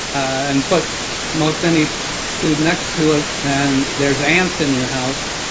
and put most any food next to it, and there's ants in your house,